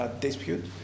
dispute